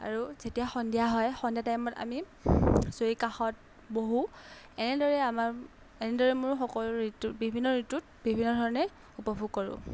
আৰু যেতিয়া সন্ধিয়া হয় সন্ধিয়া টাইমত আমি জুই কাষত বহো এনেদৰে আমাৰ এনেদৰে মোৰ সকলো ঋতু বিভিন্ন ঋতুত বিভিন্ন ধৰণে উপভোগ কৰোঁ